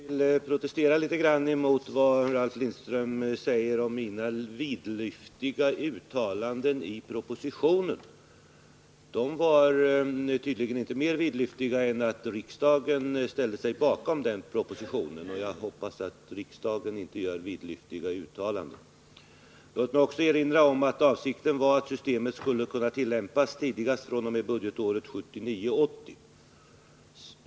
Herr talman! Jag vill protestera mot vad Ralf Lindström kallar mina vidlyftiga uttalanden i propositionen. De var tydligen inte mera vidlyftiga än att riksdagen kunde ställa sig bakom propositionen. Jag hoppas att riksdagen inte gör vidlyftiga uttalanden. Låt mig också erinra om att avsikten var att systemet skulle kunna tillämpas tidigast fr.o.m. budgetåret 1979/80.